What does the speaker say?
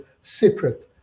separate